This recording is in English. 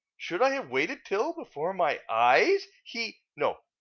should i have waited till, before my eyes, he. no,